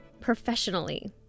professionally